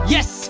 Yes